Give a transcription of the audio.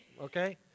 okay